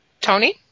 Tony